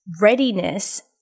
readiness